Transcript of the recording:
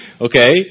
Okay